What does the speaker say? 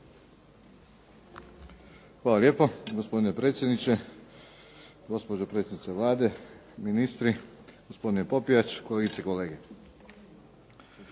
Hvala lijepo. Gospodine predsjedniče, gospođo predsjednice Vlade, ministri, gospodine Popijač, kolegice i kolege. Za